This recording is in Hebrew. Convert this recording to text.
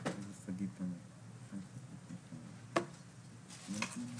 ודבר אחרון, רק לחדד,